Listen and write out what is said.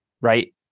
right